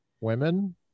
women